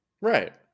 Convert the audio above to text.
Right